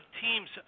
teams